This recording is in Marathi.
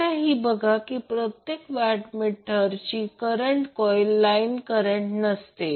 आता ही बघा की प्रत्येक वॅट मीटरची करंट कॉर्ईल लाईन करंट नसते